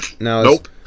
nope